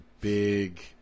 big